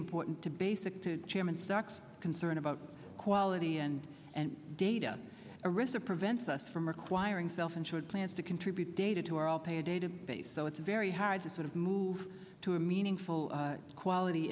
important to basic to chairman stocks concerned about quality and and data arista prevents us from acquiring self insured plans to contribute data to our all pay a data base so it's very hard to sort of move to a meaningful quality